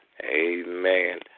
Amen